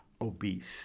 obese